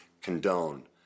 condone